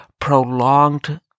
prolonged